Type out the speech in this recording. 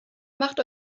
macht